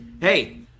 hey